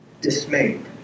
dismayed